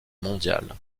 mondial